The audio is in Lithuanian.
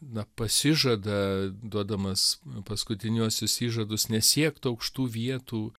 na pasižada duodamas paskutiniuosius įžadus nesiekt aukštų vietų